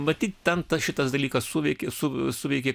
matyt ten tas šitas dalykas suveikė su suveikė